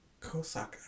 Kosaka